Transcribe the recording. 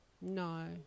no